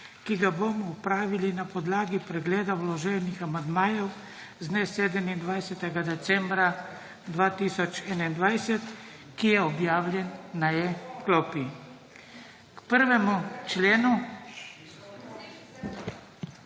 ki ga bomo opravili na podlagi pregleda vloženih amandmajev z dne 27. decembra 2021, ki je objavljen na e-klopi. K 1. členu